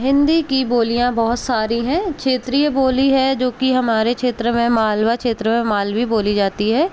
हिंदी की बोलियाँ बहुत सारी हैं क्षेत्रीय बोली है जो कि हमारे क्षेत्र में मालवा क्षेत्र में मालवी बोली जाती है